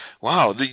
wow